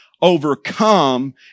overcome